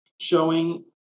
showing